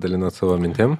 dalinot savo mintim